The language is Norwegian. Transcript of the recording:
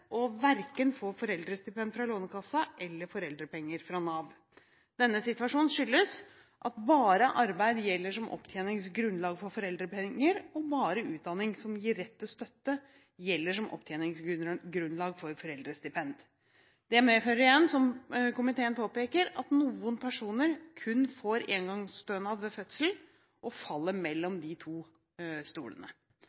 risikere verken å få foreldrestipend fra Lånekassen eller foreldrepenger fra Nav. Denne situasjonen skyldes at bare arbeid gjelder som opptjeningsgrunnlag for foreldrepenger, og bare utdanning som gir rett til støtte, gjelder som opptjeningsgrunnlag for foreldrestipend. Det medfører, som komiteen påpeker, at noen personer kun får engangsstønad ved fødsel og dermed faller mellom